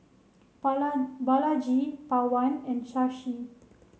Bala Balaji Pawan and Shashi